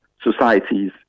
societies